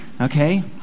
Okay